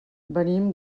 venim